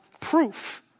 proof